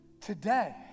today